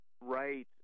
right